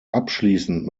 abschließend